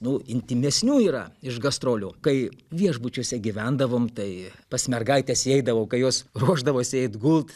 nu intymesnių yra iš gastrolių kai viešbučiuose gyvendavom tai pas mergaites įeidavau kai jos ruošdavosi eit gult